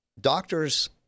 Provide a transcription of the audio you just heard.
doctors